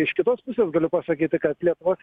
iš kitos pusės galiu pasakyti kad lietuvos